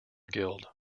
guild